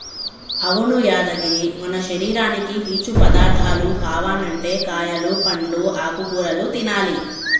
అవును యాదగిరి మన శరీరానికి పీచు పదార్థాలు కావనంటే కాయలు పండ్లు ఆకుకూరలు తినాలి